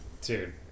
Dude